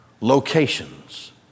locations